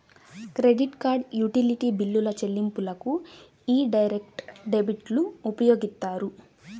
credit card, utility బిల్లుల చెల్లింపులకు యీ డైరెక్ట్ డెబిట్లు ఉపయోగిత్తారు